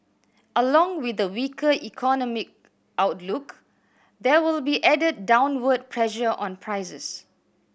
along with the weaker economic outlook there will be added downward pressure on prices